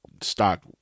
stock